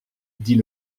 dit